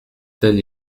tel